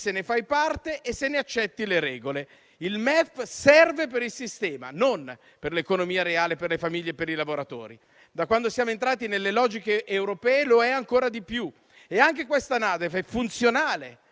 se ne fai parte e se ne accetti le regole. Il MEF serve per il sistema, non per l'economia reale, per le famiglie e per i lavoratori. Da quando siamo entrati nelle logiche europee, lo è ancora di più e anche questa Nota di aggiornamento